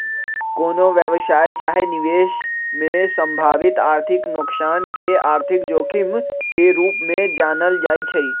कोनो व्यवसाय चाहे निवेश में संभावित आर्थिक नोकसान के आर्थिक जोखिम के रूप में जानल जाइ छइ